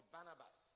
Barnabas